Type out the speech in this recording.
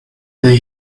the